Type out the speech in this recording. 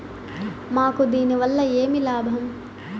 మాకు దీనివల్ల ఏమి లాభం